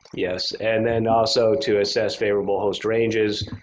yes. and then also to assess favorable host ranges,